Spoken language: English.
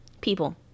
People